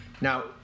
Now